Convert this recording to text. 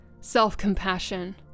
self-compassion